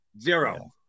Zero